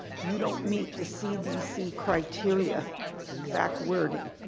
you don't meet the cdc criteria exact wording,